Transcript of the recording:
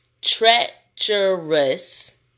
treacherous